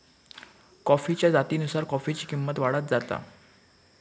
कॉफीच्या जातीनुसार कॉफीची किंमत वाढत जाता